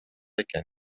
экен